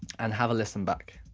and have a listen back.